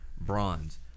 bronze